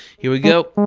here we go.